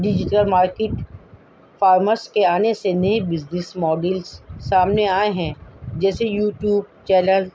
digital market farmers کے آنے سے نئے بزنس ماڈلس سامنے آئے ہیں جیسے یوٹیوب چینل